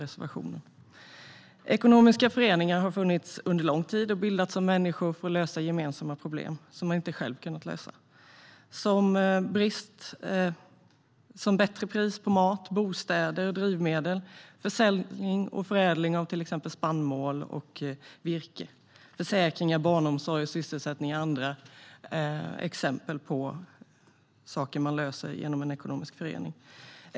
Ekonomiska föreningar har funnits under lång tid och har bildats av människor för att lösa gemensamma problem som de inte själva kunnat lösa, som bättre pris på mat, bostäder och drivmedel, försäljning och förädling av till exempel spannmål och virke. Försäkringar, barnomsorg och sysselsättning är andra exempel på saker man löser i en ekonomisk förening.